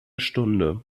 stunde